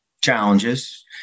challenges